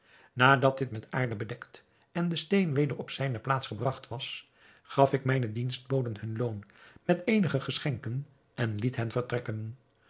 nadat dit met aarde bedekt en de steen weder op zijne plaats gebragt was gaf ik mijnen dienstboden hun loon met eenige geschenken en liet hen vertrekken